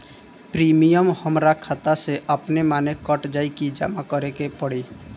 Premium हमरा खाता से अपने माने कट जाई की जमा करे के पड़ी?